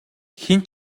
хэн